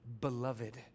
beloved